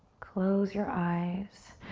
close your eyes.